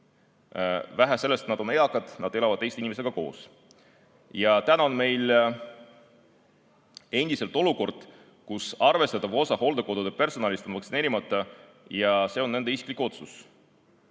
Vähe sellest, et nad on eakad, nad elavad teiste inimestega koos. Ja täna on meil endiselt olukord, kus arvestatav osa hooldekodude personalist on vaktsineerimata ja see on nende isiklik otsus.